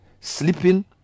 sleeping